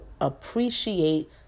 appreciate